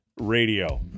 radio